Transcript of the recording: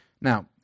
Now